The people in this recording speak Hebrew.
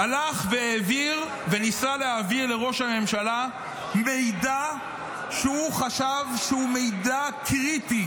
הלך וניסה להעביר לראש הממשלה מידע שהוא חשב שהוא מידע קריטי,